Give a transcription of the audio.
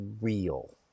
real